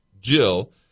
Jill